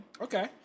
okay